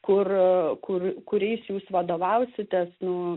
kur kur kuriais jūs vadovausitės nu